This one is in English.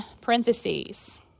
parentheses